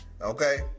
okay